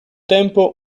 tempo